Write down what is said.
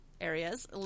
areas